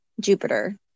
Jupiter